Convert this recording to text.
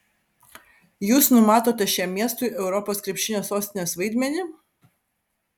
jūs numatote šiam miestui europos krepšinio sostinės vaidmenį